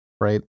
right